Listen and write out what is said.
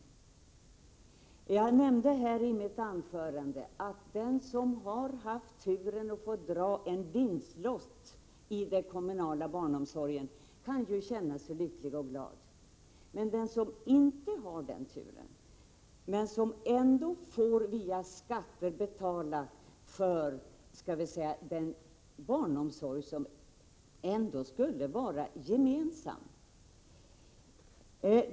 Som jag nämnde i mitt anförande kan den som har turen att dra en vinstlott i den kommunala barnomsorgen känna sig lycklig och glad i jämförelse med den som inte har samma tur men ändå via skatter får betala för den barnomsorg som ju ändå skulle vara gemensam.